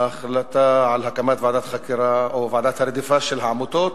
ההחלטה על הקמת ועדת חקירה או ועדת הרדיפה של העמותות,